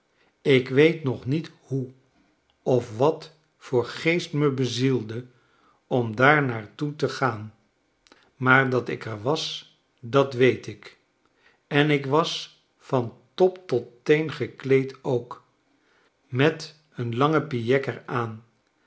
ik weet nog niet hoe of wat voor geest me beziel'de om daar naar toe te gaan maar datikerwas dat weet ik en ik was van top tot teen gekleed ook met een langen pijekker aan